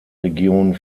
region